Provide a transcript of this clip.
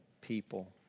people